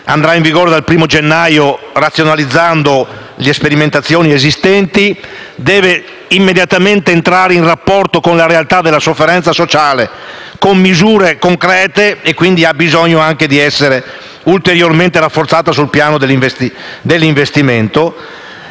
andrà in vigore dal primo gennaio razionalizzando le sperimentazioni esistenti, che deve immediatamente entrare in rapporto con la realtà della sofferenza sociale attraverso misure concrete e, quindi, avrà bisogno di essere ulteriormente rafforzata sul piano dell'investimento.